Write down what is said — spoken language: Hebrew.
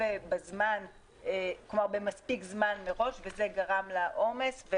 ולא פתחו אותם מספיק זמן מראש, מה שגרם לעומס.